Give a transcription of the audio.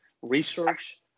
research